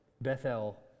Bethel